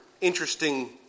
interesting